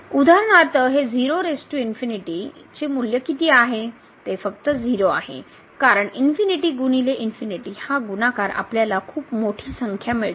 उदाहरणार्थ हे चे मूल्य किती आहे ते फक्त 0 आहे आणि हा गुणाकार आपल्याला खूप मोठी संख्या मिळते